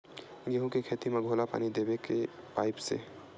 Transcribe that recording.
गेहूं के खेती म घोला पानी देबो के पाइप से?